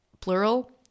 plural